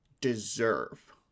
deserve